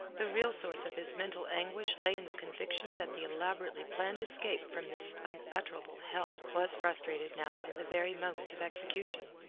the real source of his mental anguish lay in the conviction that the elaborately planned escape from this unutterable hell was frustrated now in the very moment of execution.